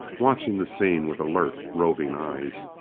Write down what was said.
watching the scene with alert, roving eyes.